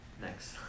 Next